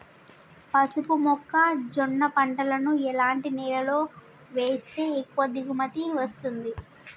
పసుపు మొక్క జొన్న పంటలను ఎలాంటి నేలలో వేస్తే ఎక్కువ దిగుమతి వస్తుంది?